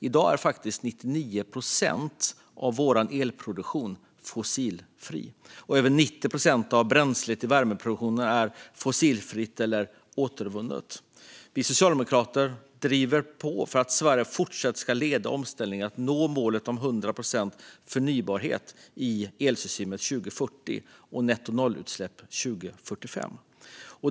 I dag är 99 procent av vår elproduktion fossilfri. Över 90 procent av bränslet i värmeproduktionen är fossilfritt eller återvunnet. Vi socialdemokrater driver på för att Sverige även fortsättningsvis ska leda omställningen mot att nå målet om 100 procent förnybarhet i elsystemet år 2040 och nettonollutsläpp år 2045.